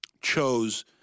chose